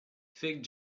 fig